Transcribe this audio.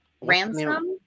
ransom